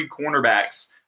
cornerbacks –